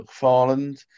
McFarland